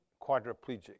quadriplegic